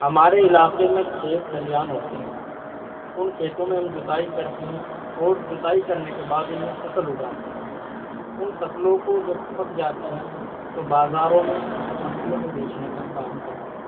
ہمارے علاقے میں کھیت کھلیان ہوتے ہیں ان کھیتوں میں ہم جتائی کرتے ہیں اور جتائی کرنے کے بعد ان میں فصل اگاتے ہیں ان فصلوں کو جب پک جاتی ہیں تو بازاروں میں اور منڈیوں میں بیچنے کا کام کرتے ہیں